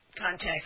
context